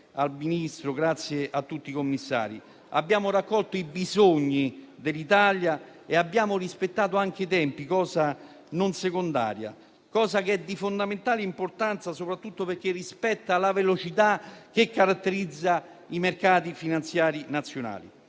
grazie al Ministro e a tutti i commissari. Abbiamo raccolto i bisogni dell'Italia e abbiamo rispettato anche i tempi e questo non è un aspetto secondario, ma è di fondamentale importanza soprattutto perché rispetta la velocità che caratterizza i mercati finanziari nazionali.